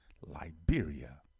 Liberia